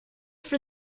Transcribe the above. for